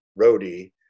roadie